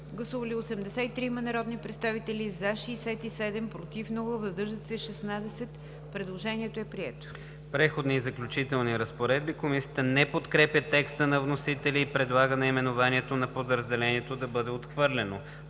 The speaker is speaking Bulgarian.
Гласували 83 народни представители: за 67, противя няма, въздържали се 16. Предложението е прието. ДОКЛАДЧИК КРАСИМИР ЦИПОВ: „Преходни и заключителни разпоредби“. Комисията не подкрепя текста на вносителя и предлага наименованието на подразделението да бъде отхвърлено.